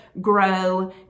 grow